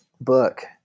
book